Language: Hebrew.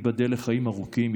תיבדל לחיים ארוכים,